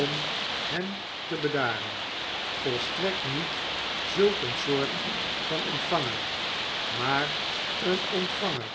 om hem te bedaim volstrekt niet zulk een soort van ontvanger maar een ontvanger